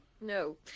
No